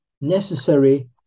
necessary